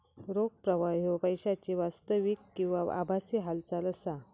रोख प्रवाह ह्यो पैशाची वास्तविक किंवा आभासी हालचाल असा